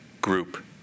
Group